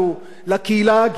לארגונים השונים,